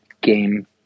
game